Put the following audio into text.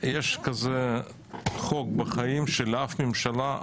יש כזה חוק בחיים שלאף ממשלה,